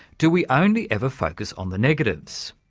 do we only ever focus on the negatives?